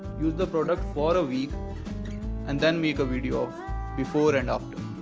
use the product for a week and then make a video of before and after.